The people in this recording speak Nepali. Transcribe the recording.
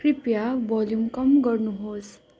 कृपया भोल्युम कम गर्नुहोस्